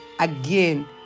again